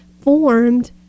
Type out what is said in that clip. formed